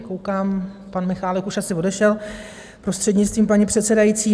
Koukám, pan Michálek už asi odešel, prostřednictvím paní předsedající.